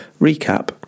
recap